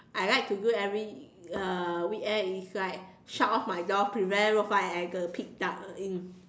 I like to do every uh weekend is right shut off my door prevent Rou-Fa to enter and pitch dark in